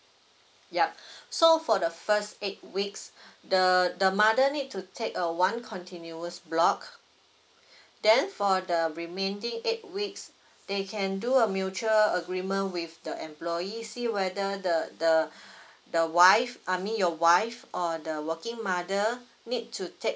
yup so for the first eight weeks the the mother need to take a one continuous block then for the remaining eight weeks they can do a mutual agreement with the employee see whether the the the wife I mean your wife or the working mother need to take